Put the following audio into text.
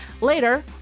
Later